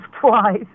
twice